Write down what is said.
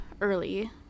early